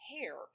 hair